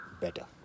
better